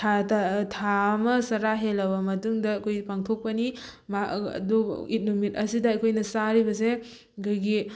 ꯊꯥꯗ ꯊꯥ ꯑꯃ ꯆꯔꯥ ꯍꯦꯜꯂꯕ ꯃꯇꯨꯡꯗ ꯑꯩꯈꯣꯏꯒꯤ ꯄꯥꯡꯊꯣꯛꯄꯅꯤ ꯑꯗꯨ ꯏꯠ ꯅꯨꯃꯤꯠ ꯑꯁꯤꯗ ꯑꯩꯈꯣꯏꯅ ꯆꯥꯔꯤꯕꯁꯦ ꯑꯩꯈꯣꯏꯒꯤ